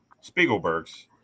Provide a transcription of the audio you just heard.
Spiegelberg's